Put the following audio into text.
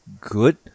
good